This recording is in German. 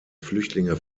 flüchtlinge